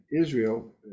Israel